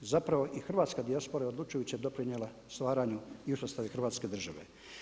Zapravo i hrvatska dijaspora je odlučujuće doprinijela stvaranju i uspostavi Hrvatske države.